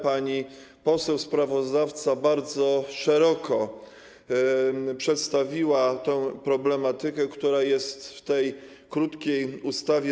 Pani poseł sprawozdawca bardzo szeroko przedstawiła problematykę, która jest w tej krótkiej ustawie